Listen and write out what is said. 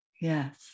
Yes